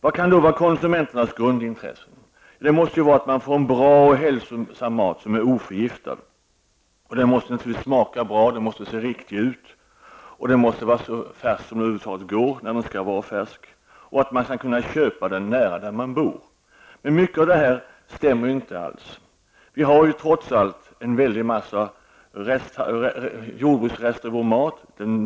Vad kan då vara konsumenternas grundintresse? Jo, det måste vara att få en bra och hälsosam mat som är oförgiftad. Den måste naturligtvis smaka bra, se riktig ut och vara så färsk som möjligt. Maten skall kunna köpas i närheten av bostaden. Många av dessa önskemål infrias inte alls. Det finns en stor mängd jordbruksrester i vår mat.